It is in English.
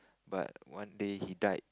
but one day he died